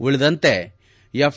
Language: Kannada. ಉಳಿದಂತೆ ಎಫ್